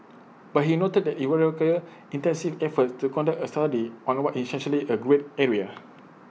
but he noted IT would require extensive efforts to conduct A study on what is essentially A grey area